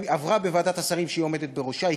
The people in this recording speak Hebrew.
עברה בוועדת השרים שהיא עומדת בראשה.